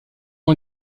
ont